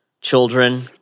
children